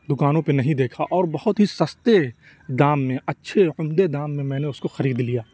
دکانوں پہ نہیں دیکھا اور بہت ہی سستے دام میں اچھے عمدہ دام میں میں نے اس کو خرید لیا